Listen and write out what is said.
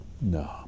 no